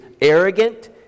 arrogant